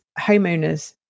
homeowners